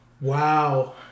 Wow